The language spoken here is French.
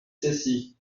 cessy